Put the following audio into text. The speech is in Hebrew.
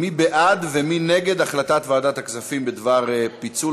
מי בעד ומי נגד החלטת ועדת הכספים בדבר פיצול